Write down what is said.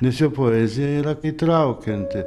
nes jo poezija yra įtraukianti